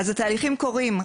אז התהליכים קורים.